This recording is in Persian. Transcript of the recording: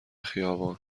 خیابان